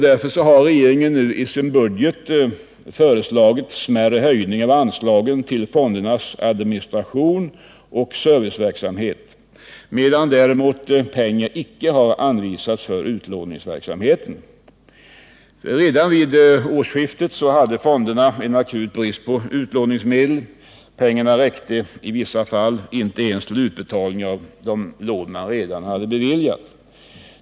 Därför har regeringen i sin budget föreslagit smärre höjningar av anslagen till fondernas administration och serviceverksamhet, medan däremot pengar icke har anvisats för utlåningsverksamheten. Redan vid årsskiftet hade fonderna en akut brist på utlåningsmedel — pengarna räckte i vissa fall inte ens till utbetalning av de lån man redan beviljat.